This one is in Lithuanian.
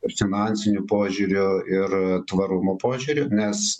ir finansiniu požiūriu ir tvarumo požiūriu nes